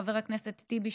חבר הכנסת טיבי,